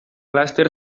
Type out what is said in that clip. laster